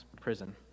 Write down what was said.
prison